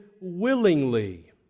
willingly